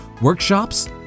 Workshops